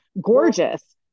gorgeous